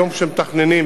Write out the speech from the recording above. היום כשמתכננים,